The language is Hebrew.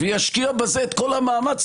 וישקיע בזה את כל המאמץ,